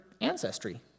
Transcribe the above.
ancestry